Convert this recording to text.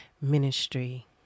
Ministry